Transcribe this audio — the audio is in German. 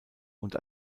und